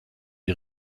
die